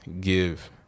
give